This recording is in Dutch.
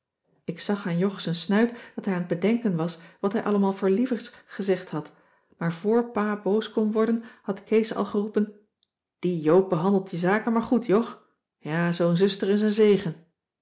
ik zag aan jog z'n snuit dat hij aan t bedenken was wat hij allemaal voor lievigs gezegd had maar cissy van marxveldt de h b s tijd van joop ter heul vor pa boos kon worden had kees al geroepen die joop behandelt je zaken maar goed jog ja zoo'n zuster is een zegen